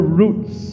roots